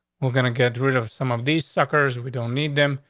we're going to get rid of some of these suckers. we don't need them.